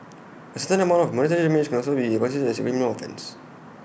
A certain amount of monetary damage also be constituted as A criminal offence